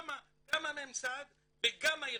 גם הממסד וגם הארגונים,